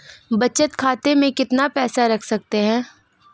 बचत खाते में कितना पैसा रख सकते हैं?